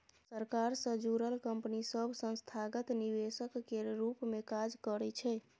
सरकार सँ जुड़ल कंपनी सब संस्थागत निवेशक केर रूप मे काज करइ छै